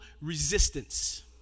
resistance